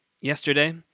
Yesterday